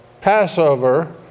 Passover